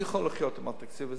אני יכול לחיות עם התקציב הזה,